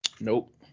Nope